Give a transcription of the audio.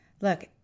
Look